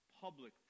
public